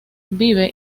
vive